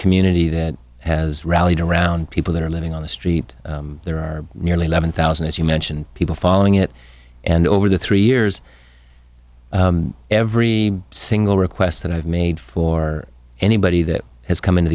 community that has rallied around people that are living on the street there are nearly eleven thousand as you mentioned people following it and over the three years every single request that i've made for anybody that has come into